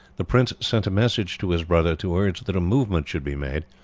the prince sent a messenger to his brother to urge that a movement should be made.